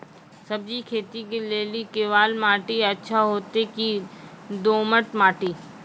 सब्जी खेती के लेली केवाल माटी अच्छा होते की दोमट माटी?